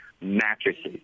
mattresses